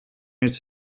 its